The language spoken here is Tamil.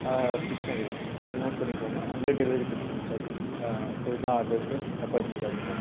கிருஷ்ணகிரி இதை நோட் பண்ணிக்கோங்க அங்கே டெலிவரி கொடுத்துருங்க சார் ஸோ இதான் அட்ரஸு தப்பாக எடுத்துக்காதீங்க